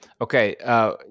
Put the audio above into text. Okay